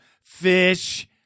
Fish